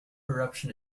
eruption